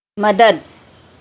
مدد